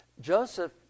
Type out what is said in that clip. Joseph